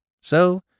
So